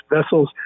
vessels